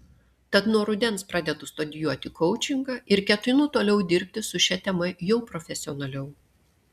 tad nuo rudens pradedu studijuoti koučingą ir ketinu toliau dirbti su šia tema jau profesionaliau